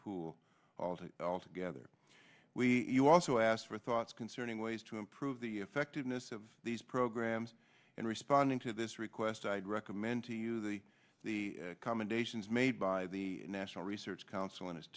pool altogether we are also asked for thoughts concerning ways to improve the effectiveness of these programs in responding to this request i'd recommend to you the the commendations made by the national research council in it